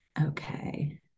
Okay